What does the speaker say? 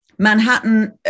Manhattan